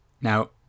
Now